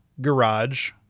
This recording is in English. garage